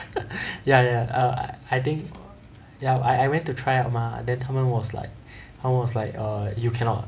ya ya err I think ya I went to try out mah then 他们 was like was like err you cannot